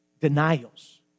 denials